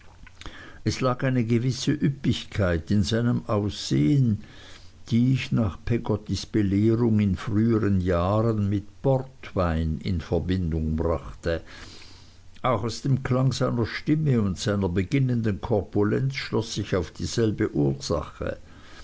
es lag eine gewisse üppigkeit in seinem aussehen die ich nach peggottys belehrung in früheren jahren mit portwein in verbindung brachte auch aus dem klang seiner stimme und seiner beginnenden korpulenz schloß ich auf dieselbe ursache